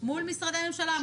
משרדי ממשלה?